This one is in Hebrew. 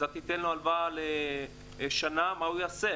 אז תיתן לו הלוואה לשנה, מה הוא יעשה?